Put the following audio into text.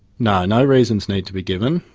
no, no reasons need to be given.